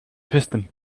piston